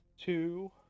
two